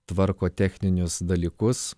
tvarko techninius dalykus